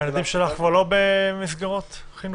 הילדים שלך כבר לא במסגרות חינוכיות?